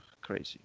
crazy